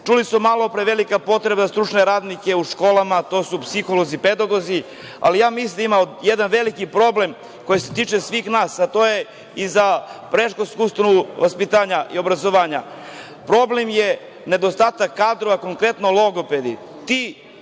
čuli smo malopre da je velika potreba za stručne radnike u školama, a to su psiholozi i pedagozi, ali ja mislim da ima jedan veliki problem koji se tiče svih nas, a to je i za predškolsku ustanovu, vaspitanja i obrazovanja. Problem je nedostatak kadrova, konkretno logopedi.